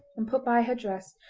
and put by her dress,